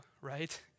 right